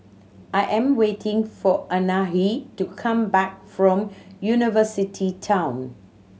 I am waiting for Anahi to come back from University Town